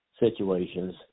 situations